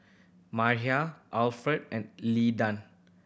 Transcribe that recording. Mariah Alferd and Leland